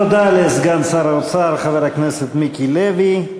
תודה לסגן שר האוצר חבר הכנסת מיקי לוי.